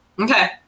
Okay